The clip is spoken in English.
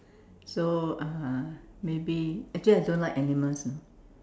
so uh maybe actually I don't like animals you know